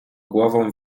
głową